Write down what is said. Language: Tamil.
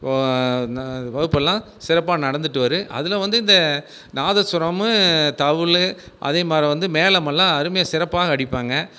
வகுப்பு எல்லாம் சிறப்பாக நடந்துகிட்டு வரும் அதில் வந்து இந்த நாதஸ்வரமும் தவிலு அதே மாரி மேளம் எல்லாம் அருமையாக சிறப்பாக அடிப்பாங்க